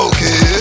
Okay